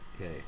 Okay